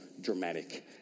dramatic